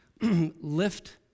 Lift